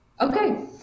Okay